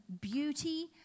beauty